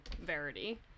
Verity